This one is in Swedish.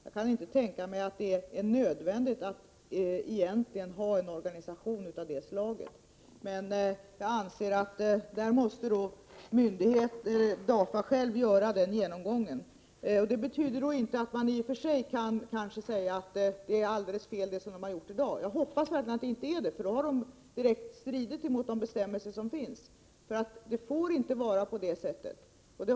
Jag kan inte tänka mig att det är nödvändigt att ha en organisation av det slaget. Jag anser emellertid att DAFA självt måste göra den genomgången. Det betyder inte att man i och för sig kan påstå att det som skett i det här fallet är helt felaktigt. Jag hoppas verkligen att det inte är det, för då har DAFA handlat i direkt strid med gällande bestämmelser.